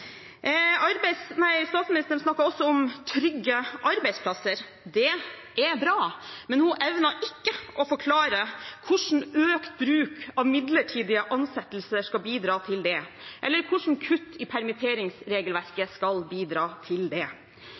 Statsministeren snakket også om trygge arbeidsplasser – det er bra. Men hun evnet ikke å forklare hvordan økt bruk av midlertidige ansettelser skal bidra til det, eller hvordan kutt i permitteringsregelverket skal bidra til det.